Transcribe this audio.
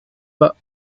pas